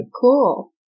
Cool